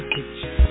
Picture